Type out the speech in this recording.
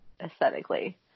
aesthetically